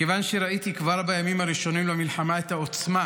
מכיוון שראיתי כבר בימים הראשונים למלחמה את העוצמה